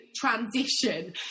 transition